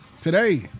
Today